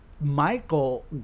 Michael